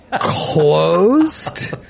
Closed